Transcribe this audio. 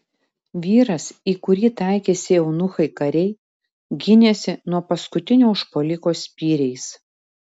vyras į kurį taikėsi eunuchai kariai gynėsi nuo paskutinio užpuoliko spyriais